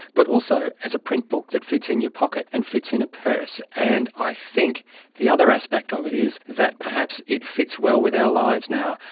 but also as a print book that fits in your pocket and fits in a purse. and i think the other aspect of it is that perhaps it fits well with our lives now.